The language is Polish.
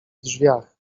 drzwiach